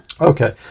okay